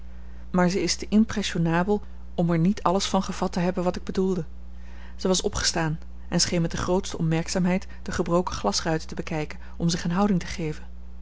maar zij is te impressionabel om er niet alles van gevat te hebben wat ik bedoelde zij was opgestaan en scheen met de grootste opmerkzaamheid de gebroken glasruiten te bekijken om zich eene houding te geven